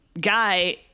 guy